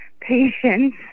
patience